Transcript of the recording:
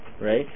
Right